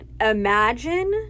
Imagine